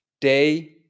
day